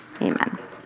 Amen